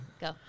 go